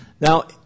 Now